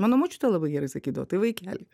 mano močiutė labai gerai sakydavo tai vaikeli